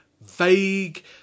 Vague